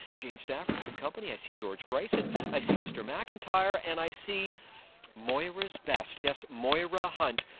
jayne stafford, good company. i see george brison. i see mr. mcintyre and i see moira's best yes, moira hunt,